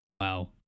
wow